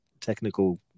technical